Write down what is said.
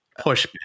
pushback